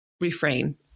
refrain